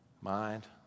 mind